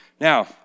Now